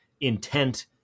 intent